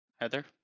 Heather